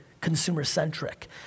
consumer-centric